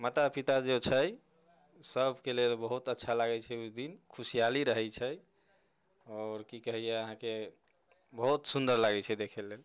माता पिता जे छै सभके लेल बहुत अच्छा लागैत छै ओहि दिन खुशीहाली रहैत छै आओर कि कहैया अहाँकेँ जे बहुत सुंदर लागैत छै देखै लेल